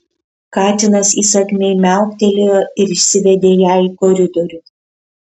katinas įsakmiai miauktelėjo ir išsivedė ją į koridorių